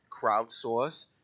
crowdsourced